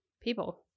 people